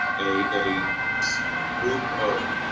a group of.